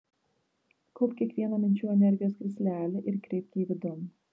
kaupk kiekvieną minčių energijos krislelį ir kreipk jį vidun